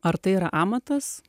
ar tai yra amatas